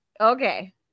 okay